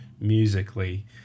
musically